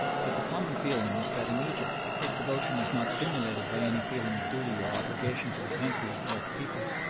but the common feeling is that in egypt this devotion is not stimulated by any feeling of duty or obligation to the country or its people,